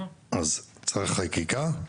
צריך חקיקה,